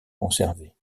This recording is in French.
conservés